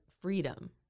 freedom